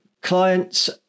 Clients